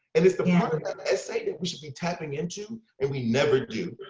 and it's the part of the essay we should be tapping into and we never do.